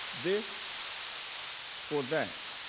this for that.